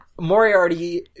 Moriarty